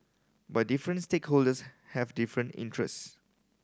but different stakeholders have different interests